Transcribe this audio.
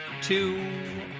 two